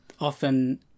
often